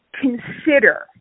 consider